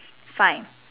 fine